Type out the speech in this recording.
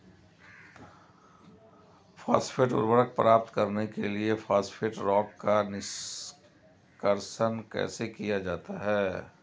Phosphate उर्वरक प्राप्त करने के लिए फॉस्फेट रॉक का निष्कर्षण कैसे किया जाता है?